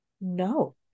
no